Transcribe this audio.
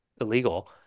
illegal